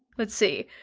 let's see.